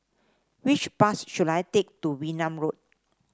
which bus should I take to Wee Nam Road